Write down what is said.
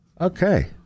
Okay